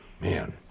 man